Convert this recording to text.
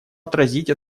отразить